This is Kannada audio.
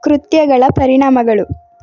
ಕೃತ್ಯಗಳ ಪರಿಣಾಮಗಳು